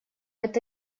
это